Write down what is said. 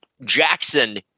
Jackson